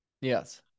Yes